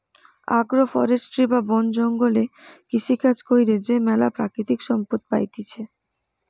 agro forestry বা বন জঙ্গলে কৃষিকাজ কইরে যে ম্যালা প্রাকৃতিক সম্পদ পাইতেছি